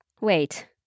Wait